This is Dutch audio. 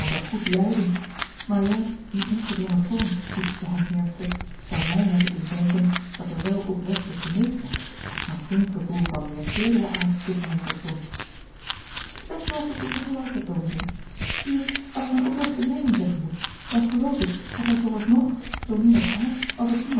elkander goed lijden maar juist die ongedwongen toon die tusschen hen heerschte zou mij hebben doen denken dat er wel oprechte genegenheid maar geen gevoel van meer teederen aard tusschen hen bestond t is best mogelijk dat je gelijk hebt dominee zieje als ik mijn oprechte meening zeggen moet dan geloof ik dat hij vooralsnog zoomin op haar als op